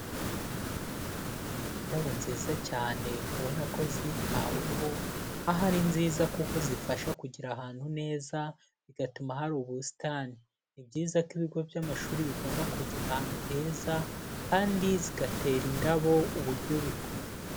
Indabo nziza cyane ubona ko zitaweho, aho ari nziza kuko zifasha kugira ahantu neza, bigatuma hari ubusitani. Ni byiza ko ibigo by'amashuri bigomba kugira ahantu heza, kandi zigatera indabo uburyo bikwiye.